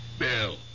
Bill